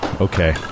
Okay